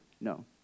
No